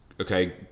okay